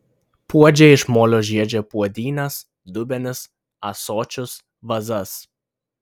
puodžiai iš molio žiedžia puodynes dubenis ąsočius vazas